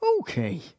Okay